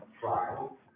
trial